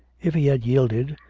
if he had yielded,